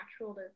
natural